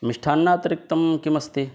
मिष्टान्नातिरिक्तं किमस्ति